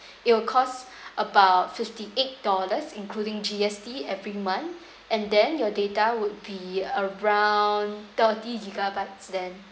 it will cost about fifty-eight dollars including G_S_T every month and then your data would be around thirty gigabytes then